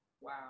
Wow